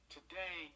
Today